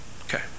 Okay